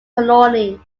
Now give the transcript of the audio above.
colony